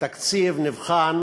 תקציב נבחן